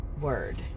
word